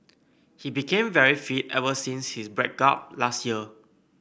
he became very fit ever since his break up last year